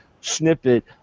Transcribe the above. snippet